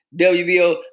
WBO